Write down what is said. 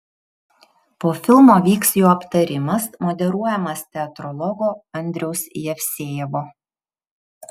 po filmo vyks jo aptarimas moderuojamas teatrologo andriaus jevsejevo